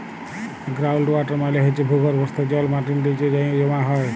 ground water মালে হছে ভূগর্ভস্থ যে জল মাটির লিচে যাঁয়ে জমা হয়